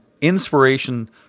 inspiration